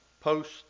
post